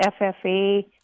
FFA